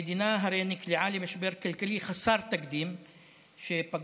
המדינה הרי נקלעה למשבר כלכלי חסר תקדים שפגע